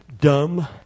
dumb